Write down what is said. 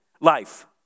Life